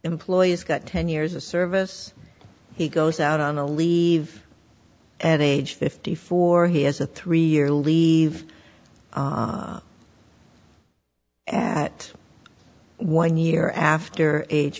employees got ten years of service he goes out on the leave at age fifty four he has a three year leave at one year after age